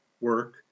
Work